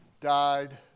died